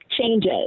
changes